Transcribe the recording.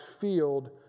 field